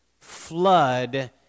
flood